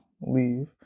leave